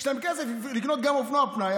יש להם כסף לקנות גם אופנוע פנאי.